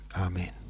Amen